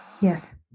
yes